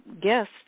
guest